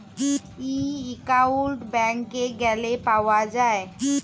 ই account ব্যাংকে গ্যালে পাউয়া যায়